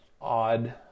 odd